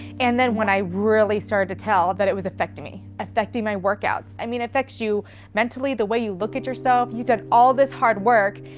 and then when i really started to tell that it was affecting me. affecting my workouts, i mean, affects you mentally the way you look at yourself. you've done all this hard work.